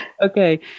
Okay